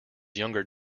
younger